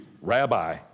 rabbi